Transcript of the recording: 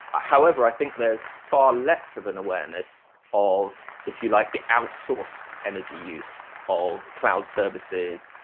however, i think there is far less of an awareness of, if you like, the outsourced energy use of cloud services,